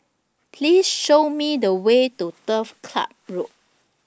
Please Show Me The Way to Turf Club Road